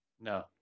No